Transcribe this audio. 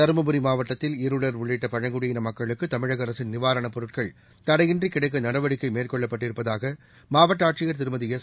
தருமபுரி மாவட்டத்தில் இருளா் உள்ளிட்ட பழங்குடியின மக்களுக்கு தமிழக அரசின் நிவாரணப் பொருட்கள் தடையின்றி கிடைக்க நடவடிக்கை மேற்கொள்ளப்பட்டிருப்பதாக மாவட்ட ஆட்சியர் திருமதி எஸ்